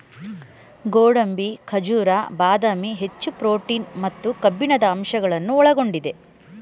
ಗೋಡಂಬಿ, ಖಜೂರ, ಬಾದಾಮಿ, ಹೆಚ್ಚು ಪ್ರೋಟೀನ್ ಮತ್ತು ಕಬ್ಬಿಣದ ಅಂಶವನ್ನು ಒಳಗೊಂಡಿದೆ